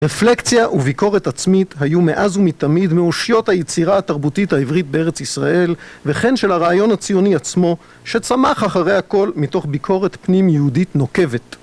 רפלקציה וביקורת עצמית היו מאז ומתמיד מאושיות היצירה התרבותית העברית בארץ ישראל וכן של הרעיון הציוני עצמו, שצמח אחרי הכל מתוך ביקורת פנים יהודית נוקבת.